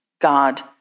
God